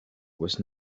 was